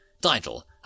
Title